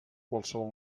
qualsevol